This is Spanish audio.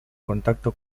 contacto